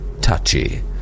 touchy